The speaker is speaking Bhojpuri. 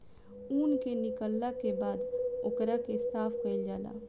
ऊन के निकालला के बाद ओकरा के साफ कईल जाला